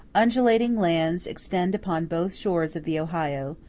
undulating lands extend upon both shores of the ohio,